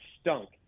stunk